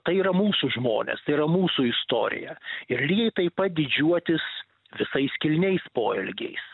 tai yra mūsų žmonės tai yra mūsų istorija ir lygiai taip pat didžiuotis visais kilniais poelgiais